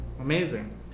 amazing